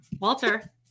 Walter